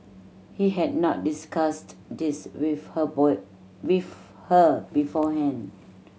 he had not discussed this with her boy with her beforehand